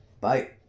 Bye